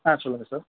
ஆ சொல்லுங்கள் சார்